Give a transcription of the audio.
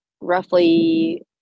roughly